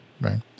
right